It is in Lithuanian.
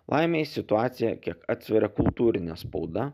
laimei situaciją kiek atsveria kultūrinė spauda